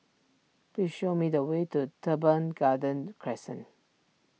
please show me the way to Teban Garden Crescent